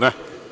Ne?